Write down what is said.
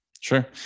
Sure